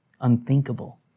Unthinkable